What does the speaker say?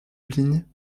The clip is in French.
lignes